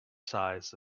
size